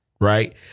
right